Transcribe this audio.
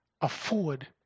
afford